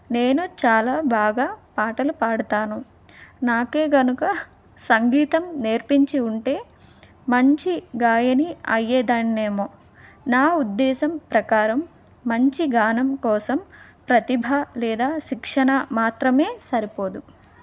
నేను చాలా బాగా పాటలు పాడుతాను నాకే కనుక సంగీతం నేర్పించి ఉంటే మంచి గాయని అయ్యేదాన్నిన్నేమో నా ఉద్దేశం ప్రకారం మంచి గానం కోసం ప్రతిభ లేదా శిక్షణ మాత్రమే సరిపోదు